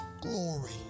glory